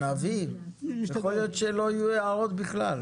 יכול להיות שלא יהיו הערות בכלל.